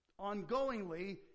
ongoingly